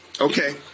Okay